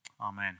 Amen